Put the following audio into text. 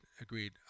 agreed